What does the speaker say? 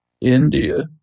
India